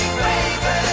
baby